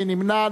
מי נמנע?